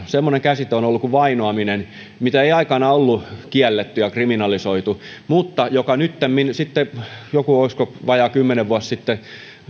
semmoinen käsite on ollut kuin vainoaminen jota ei aikanaan ollut kielletty ja kriminalisoitu mutta joka nyttemmin olisiko siitä joku vajaa kymmenen